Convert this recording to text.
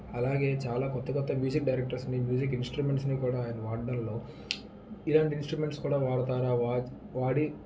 అలాగే చాలా కొత్త కొత్త మ్యూజిక్ డైరెక్టర్స్ని మ్యూజిక్ ఇన్స్ట్రుమెంట్స్ని కూడా ఆయన వాడ్డంలో ఇలాంటి ఇన్స్ట్రుమెంట్స్ కూడా వాడతారా వాడి